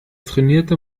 trainierte